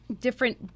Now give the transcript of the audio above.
different